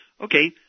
Okay